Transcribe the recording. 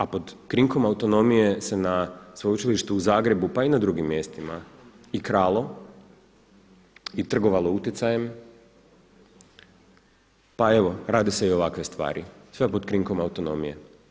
A pod krinkom autonomije se na Sveučilištu u Zagrebu pa i na drugim mjestima i kralo i trgovalo utjecajem, pa evo rade se i ovakve stvari sve pod krinkom autonomije.